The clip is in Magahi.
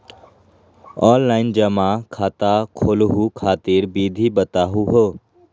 ऑनलाइन जमा खाता खोलहु खातिर विधि बताहु हो?